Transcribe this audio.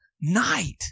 night